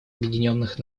объединенных